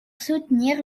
soutenir